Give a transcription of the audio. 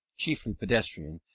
chiefly pedestrian,